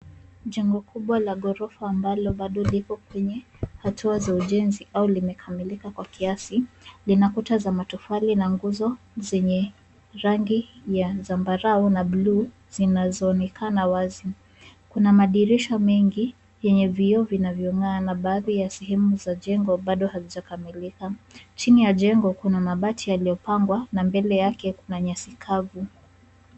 Jengo kubwa la ghorifa ambalo bado liko kwenye hatua za ujenzi au limekamilika kwa kiasi lina kuta za matofali na nguzo zenye rangi ya zambarau na buluu zinazoonekana wazi. Kuna madirisha mengi yenye vioo vinavyong'aa na baadhi ya sehemu za jengo bado hazijakamilika. Chini ya jengo kuna mbati yaliyopangwa na mbele yake kuna nyasi kavu.